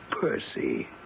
Percy